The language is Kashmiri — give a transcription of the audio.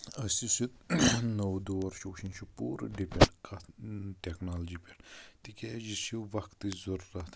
أسۍ یُس یہِ نوو دور چھِ وٕچھان یہِ چھُ پوٗرٕ ڈِپیٚنٛڈ کتھ ٹیکنالوجی پٮ۪ٹھ تِکیازِ یہِ چھُ وقتٕچ ضروٗرَت